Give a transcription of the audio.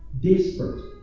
Desperate